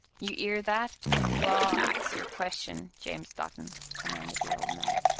you ear that well, ax your question, james dutton, commanded the old man.